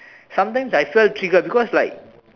sometimes I so triggered because like